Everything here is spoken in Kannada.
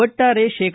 ಒಟ್ಟಾರೆ ಶೇ